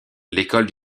l’école